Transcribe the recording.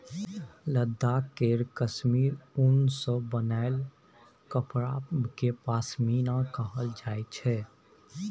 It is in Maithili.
लद्दाख केर काश्मीर उन सँ बनाएल कपड़ा केँ पश्मीना कहल जाइ छै